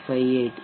58